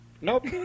nope